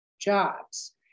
jobs